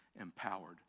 empowered